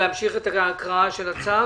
מי בעד אישור הצו הראשון ירים את ידו.